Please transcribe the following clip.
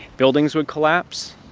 buildings would collapse.